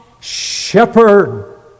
shepherd